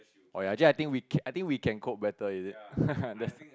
oh ya actually I think we can I think we can cope better is it